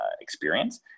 experience